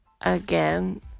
again